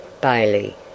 Bailey